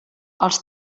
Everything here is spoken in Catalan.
els